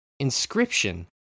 Inscription